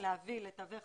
להביא לתווך